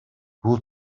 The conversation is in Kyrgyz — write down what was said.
бул